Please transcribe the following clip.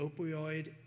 Opioid